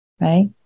right